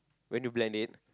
when you blend it